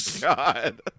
God